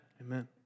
Amen